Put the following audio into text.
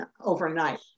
overnight